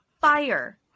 fire